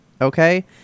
Okay